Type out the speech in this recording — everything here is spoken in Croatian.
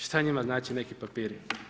Šta njima znače neki papiri?